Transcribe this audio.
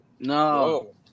No